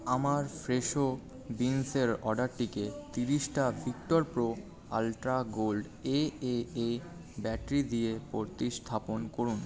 আমার ফ্রেশো বিন্সের অর্ডারটিকে ত্রিশটা Victor pro ultra gold A A A battery দিয়ে প্রতিস্থাপন করুন